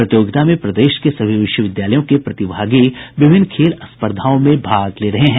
प्रतियोगिता में प्रदेश के सभी विश्वविद्यालयों के प्रतिभागी विभिन्न खेल स्पर्धाओं में भाग ले रहे हैं